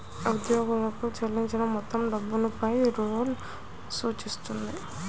ఉద్యోగులకు చెల్లించిన మొత్తం డబ్బును పే రోల్ సూచిస్తుంది